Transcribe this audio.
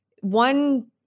one